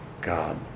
God